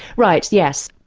right, yes.